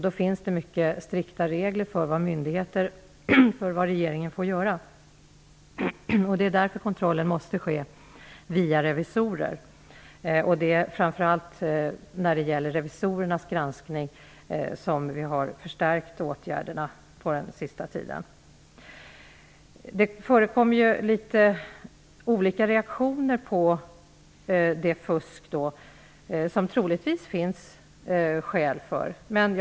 Det finns mycket strikta regler för vad regeringen får göra. Det är därför som kontrollen måste ske via revisorer. Vi har under senare tid förstärkt åtgärderna framför allt när det gäller revisorernas granskning. Det förekommer litet olika reaktioner, framför allt i massmedierna, på det fusk som det troligtvis finns skäl att misstänka.